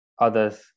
others